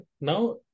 now